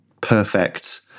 perfect